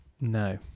No